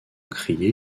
crié